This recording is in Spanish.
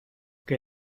que